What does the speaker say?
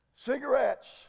Cigarettes